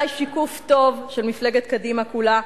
אולי שיקוף טוב של מפלגת קדימה כולה,